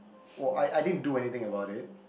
oh I I didn't do anything about it